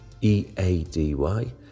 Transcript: E-A-D-Y